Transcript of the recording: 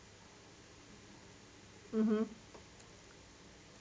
(uh huh)